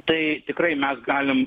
tai tikrai mes galim